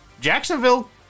Jacksonville